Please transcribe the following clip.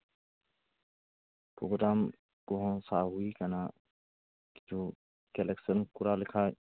programme ᱠᱚᱦᱚᱸ ᱥᱟᱵ ᱦᱩᱭ ᱠᱟᱱᱟ ᱠᱤᱪᱷᱩ ᱠᱟᱞᱮᱠᱥᱮᱱ ᱠᱚᱨᱟᱣ ᱞᱮᱠᱷᱟᱱ